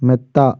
മെത്ത